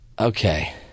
Okay